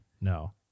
No